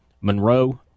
Monroe